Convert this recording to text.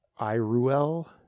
Iruel